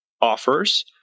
offers